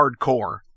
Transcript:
hardcore